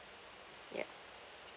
yup